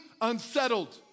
unsettled